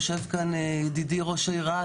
יושב כאן ידידי ראש העיר רהט,